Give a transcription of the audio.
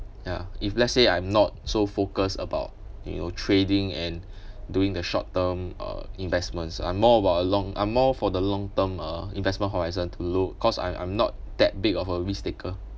ya if let's say I'm not so focused about you know trading and during the short term uh investments I'm more about a long I'm more for the long term uh investment horizon to look cause I'm I'm not that big of a risk taker